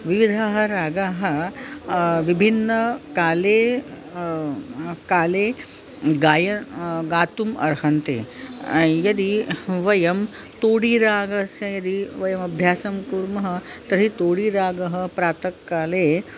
विविधाः रागाः विभिन्नकाले काले गायनं गातुम् अर्हन्ति यदि वयं तोडीरागस्य यदि वयमभ्यासं कुर्मः तर्हि तोडीरागः प्रातःकाले